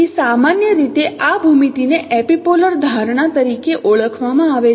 તેથી સામાન્ય રીતે આ ભૂમિતિને એપિપોલર ધારણા તરીકે ઓળખવામાં આવે છે